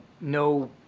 no